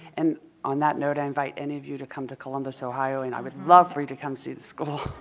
and on that note i invite any of you to come to columbus, ohio and i would love for you to come see the school!